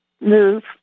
move